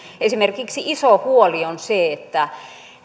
esimerkiksi iso huoli on se että